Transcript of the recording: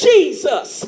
Jesus